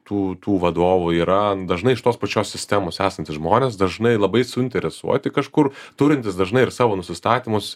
tų tų vadovų yra dažnai iš tos pačios sistemos esantys žmonės dažnai labai suinteresuoti kažkur turintys dažnai ir savo nusistatymus